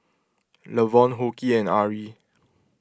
Lavonne Hoke and Ari